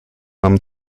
нам